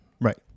Right